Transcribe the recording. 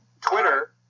Twitter